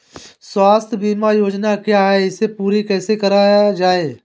स्वास्थ्य बीमा योजना क्या है इसे पूरी कैसे कराया जाए?